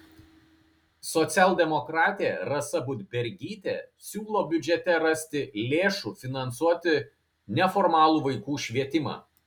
socialdemokratė rasa budbergytė siūlo biudžete rasti lėšų finansuoti neformalų vaikų švietimą